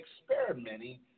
experimenting